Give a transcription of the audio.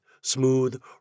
smooth